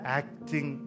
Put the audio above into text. acting